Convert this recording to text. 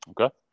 Okay